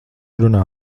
runā